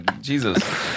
Jesus